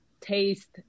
taste